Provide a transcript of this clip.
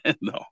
no